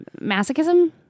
masochism